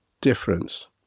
difference